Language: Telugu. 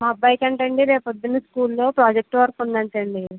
మా అబ్బాయికంట అండి రేపు పొద్దున్న స్కూల్లో ప్రాజెక్ట్ వర్క్ ఉందంట అండి